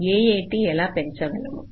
AAT ఎలా పెంచగలము